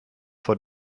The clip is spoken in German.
vor